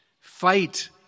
Fight